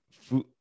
food